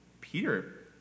Peter